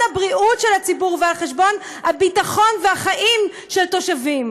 הבריאות של הציבור ועל חשבון הביטחון והחיים של תושבים.